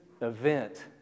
event